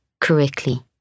correctly